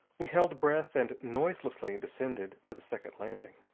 we held breath and noiselessly descended to the second landing.